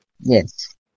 Yes